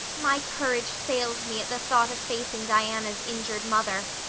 my courage fails me at the thought of facing diana's injured mother,